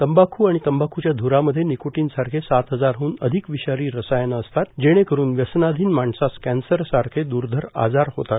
तंबाखू आणि तंबाखूच्या ध्रामध्ये निकोटीन सारखे सात हजारह्न अधिक विषारी रसायनं असतात जेणेकरून व्यसनाधिन माणसास कॅन्सर सारखे द्र्धर आजार होतात